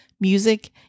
music